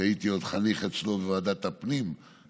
כשהייתי עוד חניך אצלו בוועדת הכלכלה,